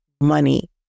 money